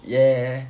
yeah